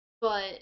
But-